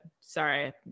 Sorry